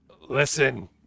Listen